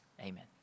Amen